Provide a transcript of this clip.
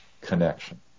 connection